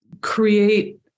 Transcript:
create